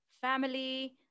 family